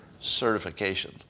certification